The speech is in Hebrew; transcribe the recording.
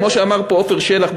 כמו שאמר פה עפר שלח,